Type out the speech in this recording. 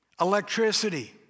electricity